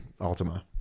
Altima